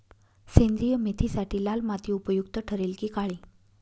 सेंद्रिय मेथीसाठी लाल माती उपयुक्त ठरेल कि काळी?